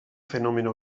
fenomeno